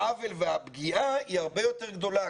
העוול והפגיעה היא הרבה יותר גדולה.